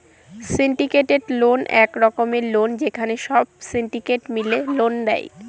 syndicated loan এক রকমের loan যেখানে সব সিন্ডিকেট মিলে লোন দেয়